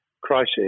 crisis